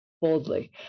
boldly